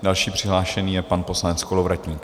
Další přihlášený je pan poslanec Kolovratník.